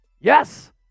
Yes